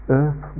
earth